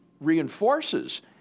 reinforces